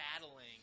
battling